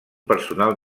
personal